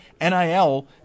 nil